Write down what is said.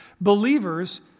believers